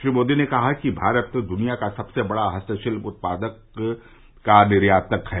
श्री मोदी ने कहा कि भारत दूनिया का सबसे बड़ा हस्तशिल्प उत्पाद का निर्यातक है